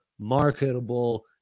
marketable